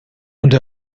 und